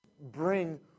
bring